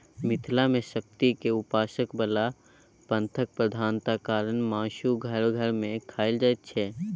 मिथिला मे शक्ति केर उपासक बला पंथक प्रधानता कारणेँ मासु घर घर मे खाएल जाइत छै